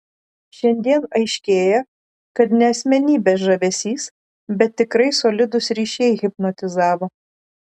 šiandien aiškėja kad ne asmenybės žavesys bet tikrai solidūs ryšiai hipnotizavo